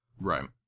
Right